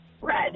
Red